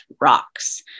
rocks